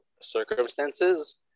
circumstances